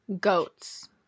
Goats